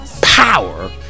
power